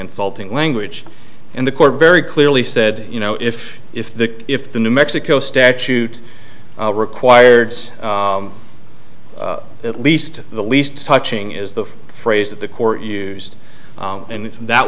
insulting language and the court very clearly said you know if if the if the new mexico statute required at least the least touching is the phrase that the court used and that